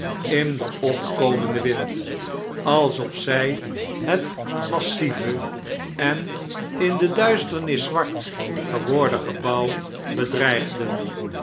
in den opkomenden wind alsof zjj het massieve en in de duisternis zwartgeworden gebouw bedreigden